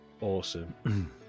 awesome